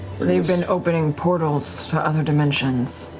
been opening portals to other dimensions.